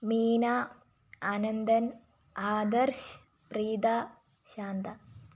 Meena Ananthan Adarsh Preetha Shantha